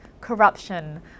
corruption